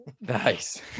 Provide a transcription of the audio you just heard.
Nice